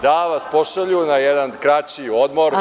da vas pošalju na jedan kraći odmor…